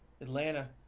Atlanta